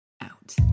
out